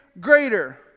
greater